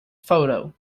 photo